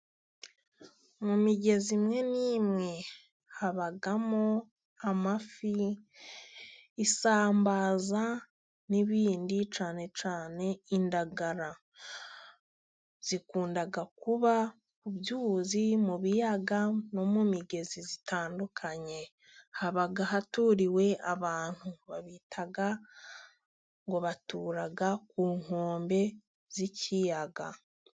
Mu migezi imwe n'imwe， habamo amafi， isambaza， n'ibindi cyane cyane indagara. Zikunda kuba ku byuzi，mu biyaga，no mu migezi itandukanye，haba haturiwe abantu， ngo batura ku nkombe z'ikiyaga.